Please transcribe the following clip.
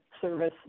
service